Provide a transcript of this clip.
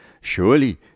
Surely